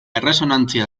erresonantzia